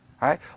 Right